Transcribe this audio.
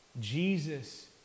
Jesus